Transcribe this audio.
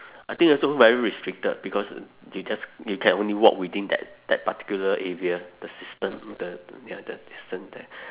I think also very restricted because you just you can only walk within that that particular area the system the the ya the distance there